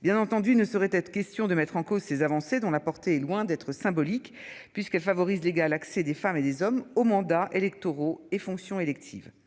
Bien entendu il ne saurait être question de mettre en cause ces avancées dont la portée est loin d'être symbolique puisqu'elle favorise l'égal accès des femmes et des hommes aux mandats électoraux et fonctions électives.